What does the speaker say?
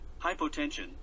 hypotension